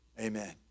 Amen